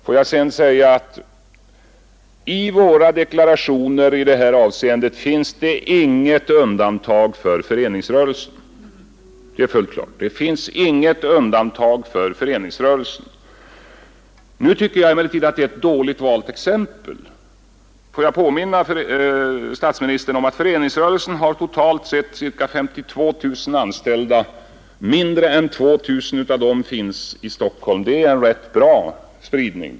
Får jag också säga att i våra deklarationer i det här avseendet finns det inget undantag för föreningsrörelsen; det är fullt klart. Jag tycker emellertid att föreningsrörelsen är ett dåligt valt exempel. Får jag påminna statsministern om att föreningsrörelsen har totalt sett ca 52 000 anställda. Mindre än 2 000 av dem finns i Stockholm. Det är en rätt bra spridning.